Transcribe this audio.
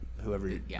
whoever